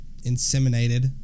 inseminated